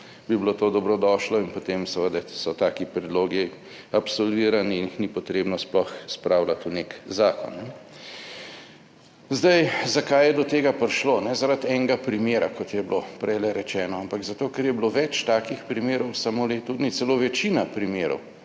bi bilo to dobrodošlo in potem seveda so taki predlogi absolvirani in jih ni potrebno sploh spravljati v nek zakon. Zdaj, zakaj je do tega prišlo? Ne zaradi enega primera kot je bilo prej rečeno, ampak zato ker je bilo več takih primerov samo leto dni celo večina primerov